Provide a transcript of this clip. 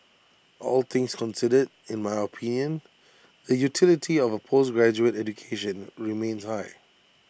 all things considered in my opinion the utility of A postgraduate education remains high